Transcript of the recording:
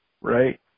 right